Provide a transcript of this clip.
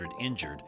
injured